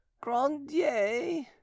Grandier